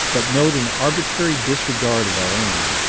but note an arbitrary disregard of our own,